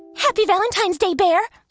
happy valentine's day, bear.